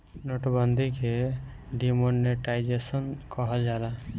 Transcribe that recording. note बंदी के demonetisation कहल जाला